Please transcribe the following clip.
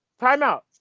timeout